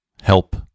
Help